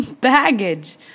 Baggage